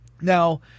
Now